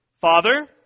Father